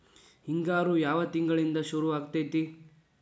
ಹಿಂಗಾರು ಯಾವ ತಿಂಗಳಿನಿಂದ ಶುರುವಾಗತೈತಿ?